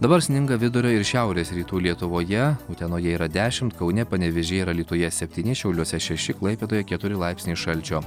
dabar sninga vidurio ir šiaurės rytų lietuvoje utenoje yra dešimt kaune panevėžyje ir alytuje septyni šiauliuose šeši klaipėdoje keturi laipsniai šalčio